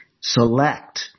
select